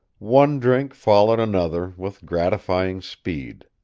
one drink followed another with gratifying speed.